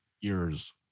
years